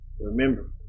remember